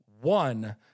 one